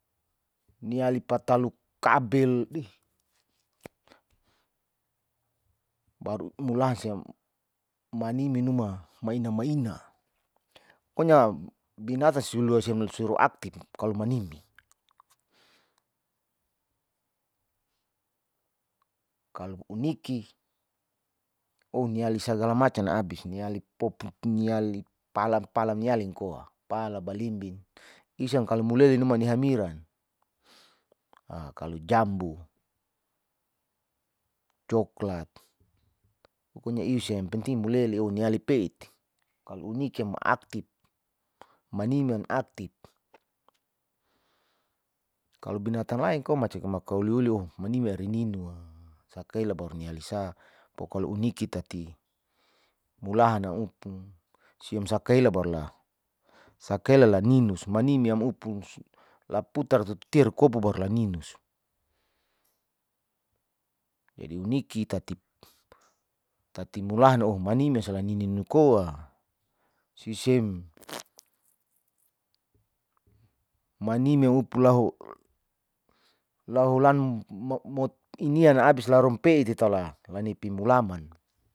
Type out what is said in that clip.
Ni ali patalu kabel deih baru imulaha siam manemi numa maina maina pokonya binatan siloa siam siro aktip kalo manili kalo uniki oh niali sagal macam abis, niali poput, niali palam palam niali koa pala, balimbing, isiang kalo muleli numu ni hamiran ha kalo jambu, coklat, pokinya isiam yng penting mulele oh ni ali peit kalo unikim aktip manimyam aktip kalo binatan lain ko macam kau liuli oh manimyam arei ninu sakeila baru ni alisa, pokali uniki tati mulaha naupu siam sakaela baru, sakela laninus manimyam upus laputar tuterkobu bru ininus, jadi uniki tati jadi mulahan oh manimya salain ninu koa manimyam upu laho, laholan mao inin abis larum petitala lni pu mulaman.